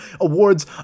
award's